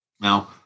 now